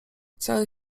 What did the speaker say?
cały